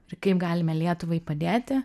ir kaip galime lietuvai padėti